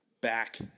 back